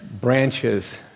branches